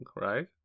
right